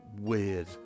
weird